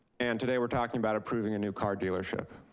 and today we're talking about approving a new car dealership.